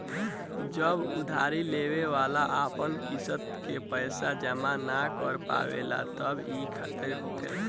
जब उधारी लेवे वाला अपन किस्त के पैसा जमा न कर पावेला तब ई खतरा होखेला